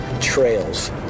trails